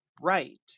right